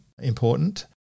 important